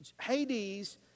Hades